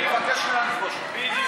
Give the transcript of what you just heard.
יכול להיות שבהצעה שלך, אז אני אומר: בוא,